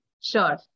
sure